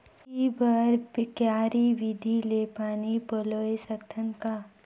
लौकी बर क्यारी विधि ले पानी पलोय सकत का?